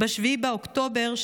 ב-7 באוקטובר,